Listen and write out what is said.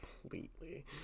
completely